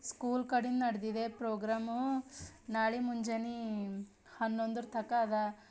school ಕಡೆ ನಡೆದಿದೆ programme ನಾಳೆ ಮುಂಜಾನೆ ಹನ್ನೊಂದರ ತಕ ಅದ